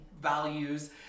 values